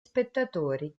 spettatori